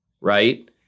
Right